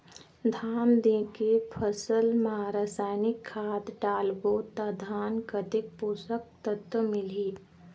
धान देंके फसल मा रसायनिक खाद डालबो ता धान कतेक पोषक तत्व मिलही?